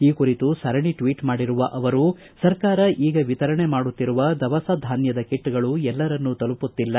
ಈ ಕುರಿತು ಸರಣಿ ಟ್ವೀಟ್ ಮಾಡಿರುವ ಅವರು ಸರ್ಕಾರ ಈಗ ವಿತರಣೆ ಮಾಡುತ್ತಿರುವ ದವಸ ಧಾನ್ಯದ ಕಿಟ್ಗಳು ಎಲ್ಲರನ್ನೂ ತಲುಪುತ್ತಿಲ್ಲ